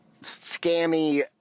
scammy